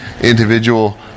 individual